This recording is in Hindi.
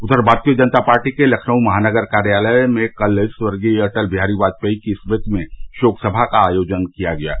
उधर भारतीय जनता पार्टी के लखनऊ महानगर कार्यालय में कल स्वर्गीय अटल बिहारी वाजपेयी की स्मृति में शोक समा आयोजित की गयी